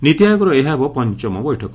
ନୀତି ଆୟୋଗର ଏହା ହେବ ପଞ୍ଚମ ବୈଠକ